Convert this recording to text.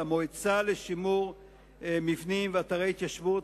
למועצה לשימור מבנים ואתרי התיישבות,